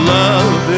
love